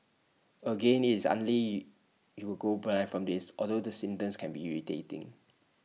again IT is you will go blind from this although the symptoms can be irritating